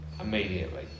immediately